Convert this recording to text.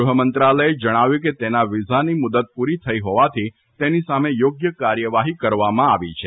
ગૃહમંત્રાલયે જણાવ્યું છે કે તેના વિઝાની મુદત પૂરી થઇ હોવાથી તેની સામે યોગ્ય કાર્યવાહી કરવામાં આવી છે